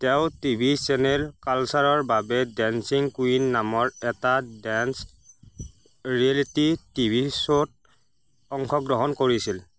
তেওঁ TV channel কালচাৰৰ বাবে ডেন্সিং কুইন নামৰ এটা ডেন্স ৰিয়েলিটি টি ভি শ্ব'ত অংশগ্ৰহণ কৰিছিল